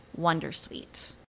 wondersuite